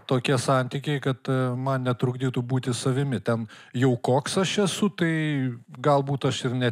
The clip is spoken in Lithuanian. tokie santykiai kad man netrukdytų būti savimi ten jau koks aš esu tai galbūt aš ir ne